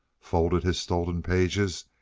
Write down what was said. folded his stolen pages,